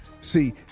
See